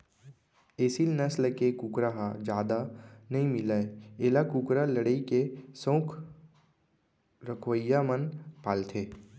एसील नसल के कुकरा ह जादा नइ मिलय एला कुकरा लड़ई के सउख रखवइया मन पालथें